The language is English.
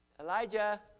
Elijah